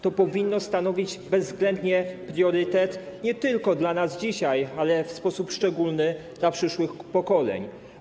To powinno dzisiaj stanowić bezwzględnie priorytet nie tylko dla nas, ale także w sposób szczególny dla przyszłych pokoleń.